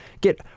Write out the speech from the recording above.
get